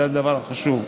זה הדבר החשוב.